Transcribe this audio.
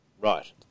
Right